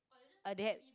uh they had